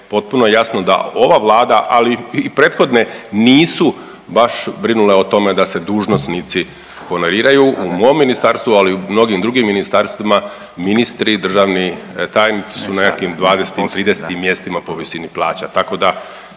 potpuno jasno da ova Vlada, ali i prethodne nisu baš brinule o tome da se dužnosnici honoriraju, u mom ministarstvu ali i u mnogim drugim ministarstvima ministri, državni tajnici su na nekakvim dvadesetim i tridesetim mjestima po visini plaća.